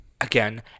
Again